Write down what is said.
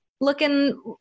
looking